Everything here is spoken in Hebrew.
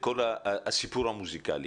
לכל הסיפור המוסיקלי?